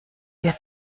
wir